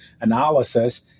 analysis